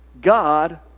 God